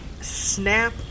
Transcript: snap